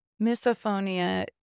misophonia